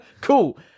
Cool